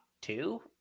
two